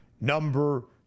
number